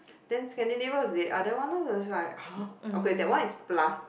then Scandinavia was the other one lah it was like !huh! okay that one is plus